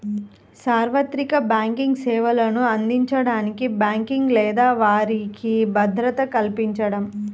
సార్వత్రిక బ్యాంకింగ్ సేవలను అందించడానికి బ్యాంకింగ్ లేని వారికి భద్రత కల్పించడం